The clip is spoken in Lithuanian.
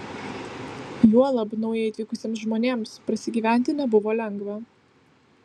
juolab naujai atvykusiems žmonėms prasigyventi nebuvo lengva